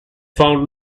found